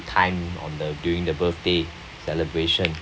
time on the during the birthday celebration